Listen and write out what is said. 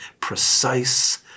precise